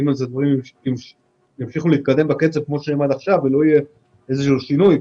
אם הדברים ימשיכו להתקדם בקצב שקיים עד עכשיו ולא יהיה איזשהו שינוי,